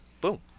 Boom